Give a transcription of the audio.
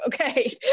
Okay